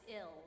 ill